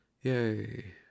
Yay